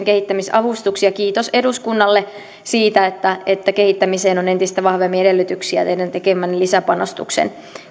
kehittämisavustuksin ja kiitos eduskunnalle siitä että että kehittämiseen on entistä vahvemmin edellytyksiä teidän tekemänne lisäpanostuksen